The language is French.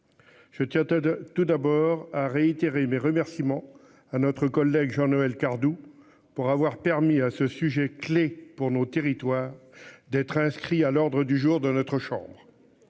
Je tiens as tout d'abord à réitérer mes remerciements à notre collègue Jean-Noël Cardoux pour avoir permis à ce sujet clé pour nos territoires d'être inscrit à l'ordre du jour de notre chambre.